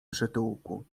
przytułku